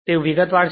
તે વિગતવાર છે